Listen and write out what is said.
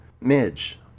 Midge